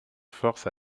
force